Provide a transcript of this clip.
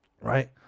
Right